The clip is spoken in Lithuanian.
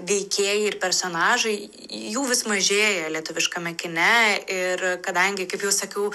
veikėjai ir personažai jų vis mažėja lietuviškame kine ir kadangi kaip jau sakiau